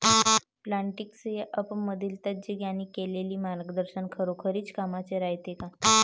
Plantix या ॲपमधील तज्ज्ञांनी केलेली मार्गदर्शन खरोखरीच कामाचं रायते का?